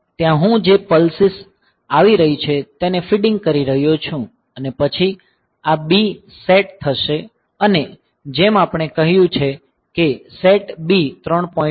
ત્યાં હું જે પલ્સિસ આવી રહી છે તેને ફિડિંગ કરી રહ્યો છું અને પછી આ b સેટ થશે અને જેમ આપણે કહ્યું છે કે સેટ b 3